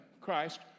christ